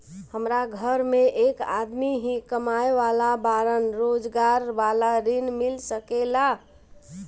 हमरा घर में एक आदमी ही कमाए वाला बाड़न रोजगार वाला ऋण मिल सके ला?